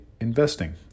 investing